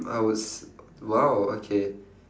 I would s~ !wow! okay